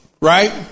Right